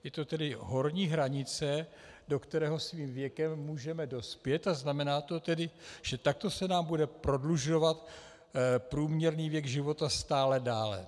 Je to tedy horní hranice, do které svým věkem můžeme dospět, a znamená to tedy, že takto se nám bude prodlužovat průměrný věk života stále dále.